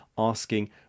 asking